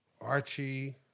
Archie